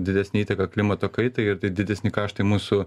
didesnę įtaką klimato kaitai ir tai didesni kaštai mūsų